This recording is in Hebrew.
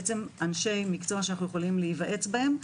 ואנשי מקצוע שאנו יכולים להיוועץ בהם,